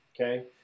Okay